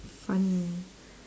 funny